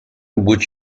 would